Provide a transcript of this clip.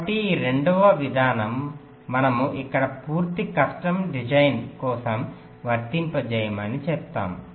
కాబట్టి ఈ రెండవ విధానం మనము ఇక్కడ పూర్తి కస్టమ్ డిజైన్ కోసం వర్తింపజేయమని చెప్పారు